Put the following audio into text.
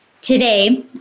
Today